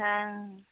हँ